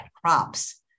crops